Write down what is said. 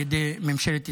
על ידי ממשלת ישראל.